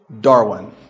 Darwin